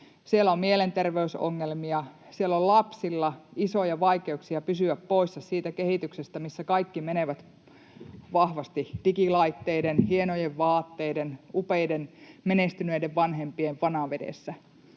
siellä on mielenterveysongelmia, siellä on lapsilla isoja vaikeuksia pysyä mukana siinä kehityksessä, missä kaikki menevät vahvasti digilaitteiden, hienojen vaatteiden, upeiden, menestyneiden vanhempien vanavedessä,